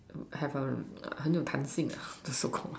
have a what's you Call